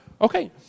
Okay